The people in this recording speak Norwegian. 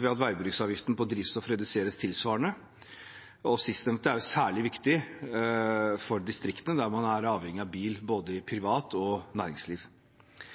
ved at veibruksavgiften på drivstoff reduseres tilsvarende. Sistnevnte er særlig viktig for distriktene, der man er avhengig av bil, både privat og